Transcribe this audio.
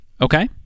Okay